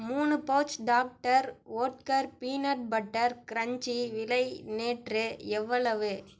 மூணு pouch doctor Oetker peanut butter crunchy விலை நேற்று எவ்வளவு